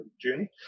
journey